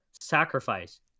sacrifice